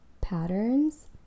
patterns